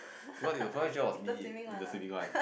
what if the profile picture was me in the swimming one